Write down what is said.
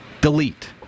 Delete